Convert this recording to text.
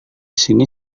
sini